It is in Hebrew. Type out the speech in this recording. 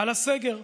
על הסגר.